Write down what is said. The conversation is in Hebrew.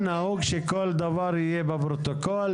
אני מהלשכה המשפטית במשרד החקלאות.